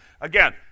again